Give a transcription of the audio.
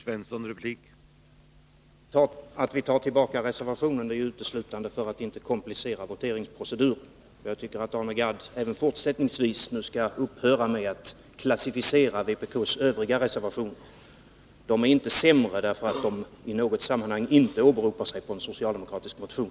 Herr talman! Att vi tar tillbaka reservationen är uteslutande för att inte komplicera voteringsproceduren. Jag tycker att Arne Gadd även fortsättningsvis skall låta bli att klassificera vpk:s reservationer. De övriga är inte sämre därför att de i något sammanhang inte åberopar sig på en socialdemokratisk motion.